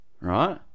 right